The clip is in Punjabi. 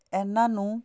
ਇਹਨਾਂ ਨੂੰ